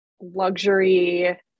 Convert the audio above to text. luxury